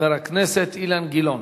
חבר הכנסת אילן גילאון.